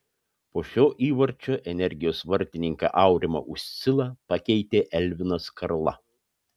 po šio įvarčio energijos vartininką aurimą uscilą pakeitė elvinas karla